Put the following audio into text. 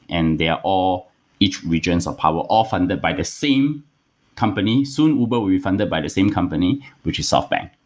and they are all each regions of power all funded by the same company. soon, uber will be funded by the same company, which is softbank,